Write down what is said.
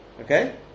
Okay